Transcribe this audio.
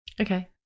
Okay